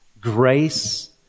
grace